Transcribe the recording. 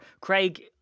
Craig